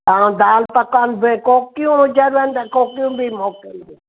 ऐं दाल पकवान बि कोकियूं हुजनि त कोकियूं बि मोकिलजो